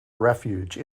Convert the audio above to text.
refuge